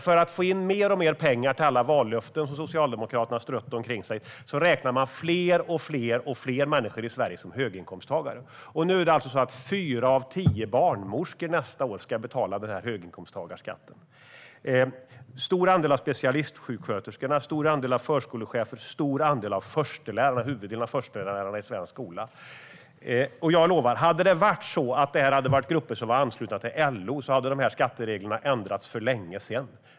För att få in mer och mer pengar till alla vallöften som Socialdemokraterna har strött omkring sig räknar man fler och fler människor i Sverige som höginkomsttagare. Nu ska fyra av tio barnmorskor nästa år betala höginkomsttagarskatten. Det gäller en stor andel av specialistsjuksköterskorna, förskolecheferna och förstelärarna i svensk skola. Jag lovar att om det hade varit fråga om LO-anslutna grupper hade dessa skatteregler ändrats för länge sedan.